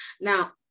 Now